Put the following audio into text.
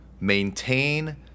maintain